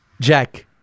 Jack